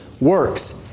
works